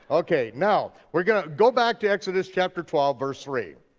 okay, now we're gonna go back to exodus chapter twelve, verse three.